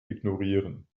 ignorieren